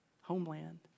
homeland